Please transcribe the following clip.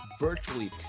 Virtually